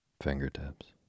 Fingertips